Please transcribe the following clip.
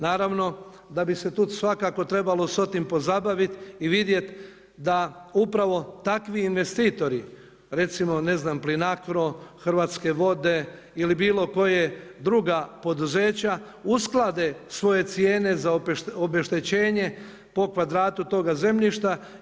Naravno da bi se tu svakako trebalo sa time pozabaviti i vidjet da upravo takvi investitori, recimo ne znam Plinacro, Hrvatske vode ili bilo koja druga poduzeća usklade svoje cijene za obeštećenje po kvadratu toga zemljišta.